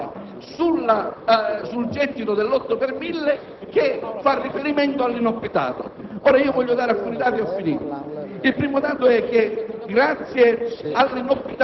alla distribuzione dell'8 per mille. Abbiamo un meccanismo che gode di una sorta di doppia indicizzazione, perché legato al PIL e alla base imponibile, che